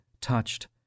touched